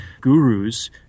gurus